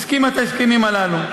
הסכימה את ההסכמים הללו.